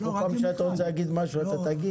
כל פעם שאתה רוצה להגיד משהו אתה תגיד?